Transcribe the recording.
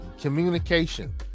communication